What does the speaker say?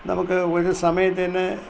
നമുക്ക് ഒരു സമയത്തന്നെ